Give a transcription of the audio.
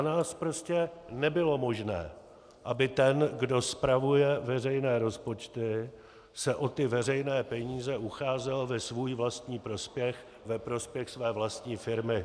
Za nás prostě nebylo možné, aby ten, kdo spravuje veřejné rozpočty, se o ty veřejné peníze ucházel ve svůj vlastní prospěch, ve prospěch své vlastní firmy.